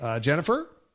Jennifer